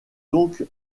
donc